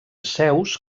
seus